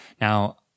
Now